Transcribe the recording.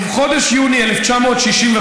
ובחודש יוני, מי מורה ההיסטוריה שלך?